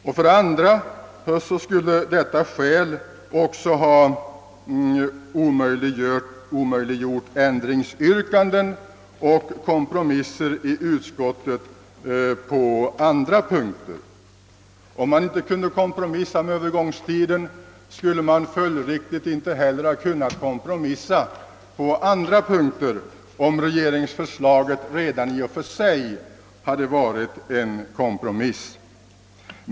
För det andra skulle detta skäl ha omöjliggjort andra ändringsyrkanden och kompromisser i utskottet. Kunde man inte kompromissa om övergångstiden skulle man följdriktigt inte heller ha kunnat kompromissa på andra punkter, om regeringsförslaget redan i och för sig varit en kompromiss.